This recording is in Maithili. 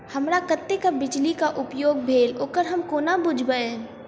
हमरा कत्तेक बिजली कऽ उपयोग भेल ओकर हम कोना बुझबै?